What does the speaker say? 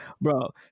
bro